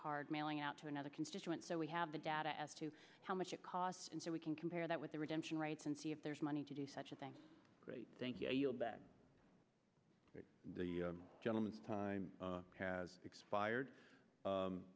card mailing out to another constituent so we have the data as to how much it costs and so we can compare that with the redemption rates and see if there's money to do such a thing great thank you i yield back the gentlemen time has expired